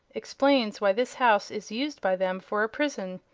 explains why this house is used by them for a prison.